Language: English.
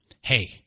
Hey